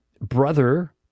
Brother